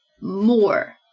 more